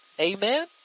Amen